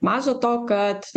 maža to kad